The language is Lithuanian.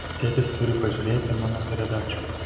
tėtis turi pažiūrėti mano peredačių